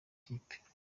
kipe